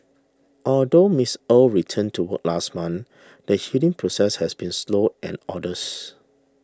although Miss Er returned to work last month the healing process has been slow and arduous